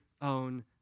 own